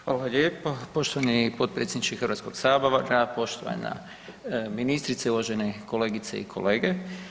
Hvala lijepa, poštovani potpredsjedniče Hrvatskog sabora, poštovana ministrice, uvažene kolegice i kolege.